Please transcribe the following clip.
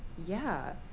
yeah,